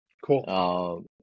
Cool